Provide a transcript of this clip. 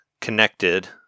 connected